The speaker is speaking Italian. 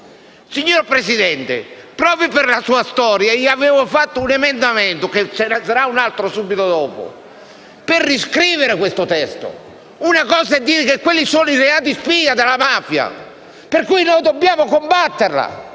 Signor Presidente, proprio per la sua storia, avevo presentato un emendamento - ce ne sarà un altro subito dopo - per riscrivere questo testo. Un conto è dire che quelli sono i reati spia della mafia, per cui dobbiamo combatterla